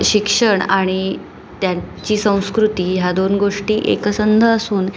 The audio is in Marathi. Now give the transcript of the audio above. शिक्षण आणि त्यांची संस्कृती ह्या दोन गोष्टी एकसंध असून